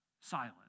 silent